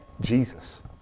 jesus